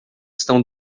estão